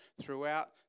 throughout